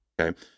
Okay